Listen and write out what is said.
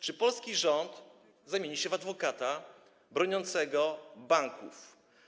Czy polski rząd zamienia się w adwokata broniącego banków?